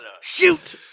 Shoot